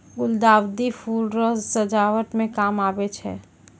गुलदाउदी फूल रो सजावट मे काम आबै छै